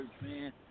man